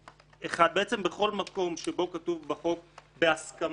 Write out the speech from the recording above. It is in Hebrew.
בעצם בכל מקום שבו כתוב בחוק "בהסכמת",